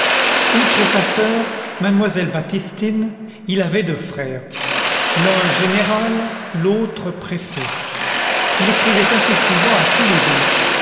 outre sa soeur mademoiselle baptistine il avait deux frères l'un général l'autre préfet il écrivait assez souvent à tous les deux